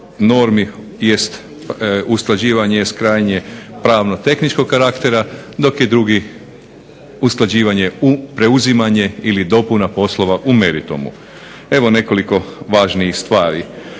usklađivanje s krajnje pravno-tehničkog karaktera dok je drugi usklađivanje u preuzimanje ili dopuna poslova u meritumu. Evo nekoliko važnijih stvari.